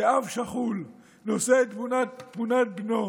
שאב שכול נושא את תמונת בנו,